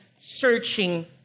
searching